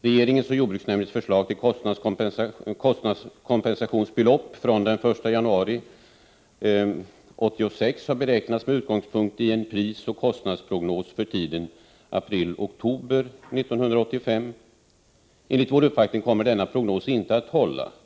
Regeringens och jordbruksnämndens förslag till kompensationsbelopp från den 1 januari 1986 har beräknats med utgångspunkt i en prisoch kostnadsprognos för tiden april-oktober 1985. Enligt vår uppfattning kommer denna prognos inte att hålla.